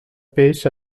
peix